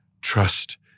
trust